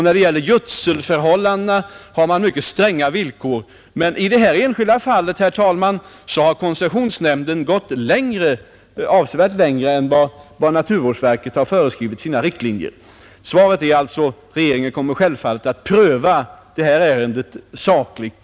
När det gäller gödselförhållandena har man också mycket stränga villkor, men i detta fall har koncessionsnämnden gått avsevärt längre än vad naturvårdsverket har föreskrivit i sina riktlinjer. Svaret är alltså: Regeringen kommer självfallet att pröva detta ärende sakligt.